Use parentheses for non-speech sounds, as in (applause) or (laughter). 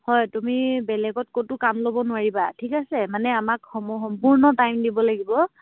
হয় তুমি বেলেগত ক'তো কাম ল'ব নোৱাৰিবা ঠিক আছে মানে আমাক (unintelligible) সম্পূৰ্ণ টাইম দিব লাগিব